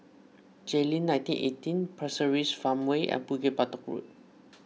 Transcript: Jayleen nineteen eighteen Pasir Ris Farmway and Bukit Batok Road